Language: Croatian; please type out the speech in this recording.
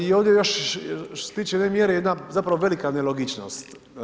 I ovdje još što se tiče ove mjere jedna zapravo velika nelogičnost.